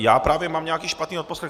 Já právě mám nějaký špatný odposlech.